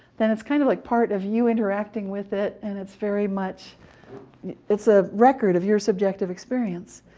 then it's kind of like part of you interacting with it, and it's very much it's a record of your subjective experience.